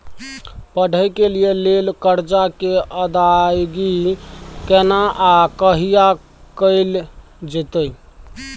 पढै के लिए लेल कर्जा के अदायगी केना आ कहिया कैल जेतै?